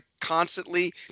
constantly